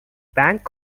bank